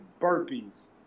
burpees